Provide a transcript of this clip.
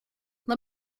let